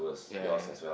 ya ya ya